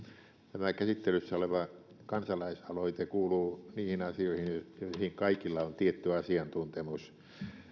tämä käsittelyssä oleva kansalaisaloite kuuluu niihin asioihin joihin kaikilla on tietty asiantuntemus